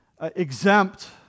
exempt